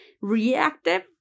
reactive